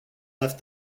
left